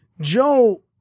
Joe